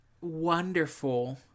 wonderful